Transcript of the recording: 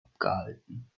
abgehalten